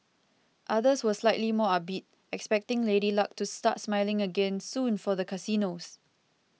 others were slightly more upbeat expecting Lady Luck to start smiling again soon for the casinos